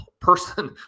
person